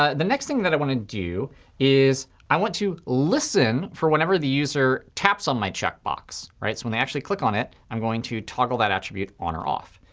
ah the next thing that i want to do is i want to listen for whenever the user taps on my checkbox. so when they actually click on it, i'm going to toggle that attribute on or off.